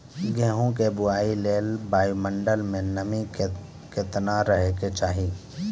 गेहूँ के बुआई लेल वायु मंडल मे नमी केतना रहे के चाहि?